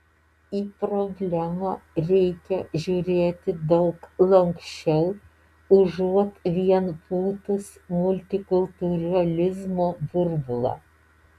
į problemą reikia žiūrėti daug lanksčiau užuot vien pūtus multikultūralizmo burbulą